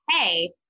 hey